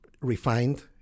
refined